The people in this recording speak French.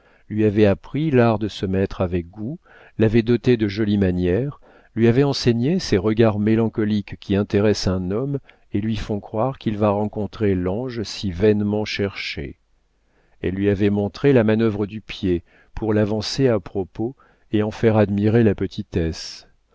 lui avait appris l'art de se mettre avec goût l'avait dotée de jolies manières lui avait enseigné ces regards mélancoliques qui intéressent un homme et lui font croire qu'il va rencontrer l'ange si vainement cherché elle lui avait montré la manœuvre du pied pour l'avancer à propos et en faire admirer la petitesse